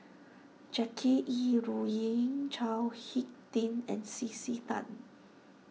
Jackie Yi Ru Ying Chao Hick Tin and C C Tan